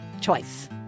choice